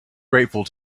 grateful